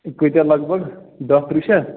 ہَے کۭتیٛاہ لگ بگ دَہ تٕرٛہ چھا